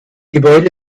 gebäude